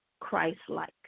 Christ-like